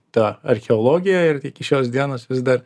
ta archeologija ir iki šios dienos vis dar